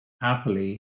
happily